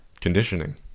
conditioning